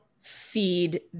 feed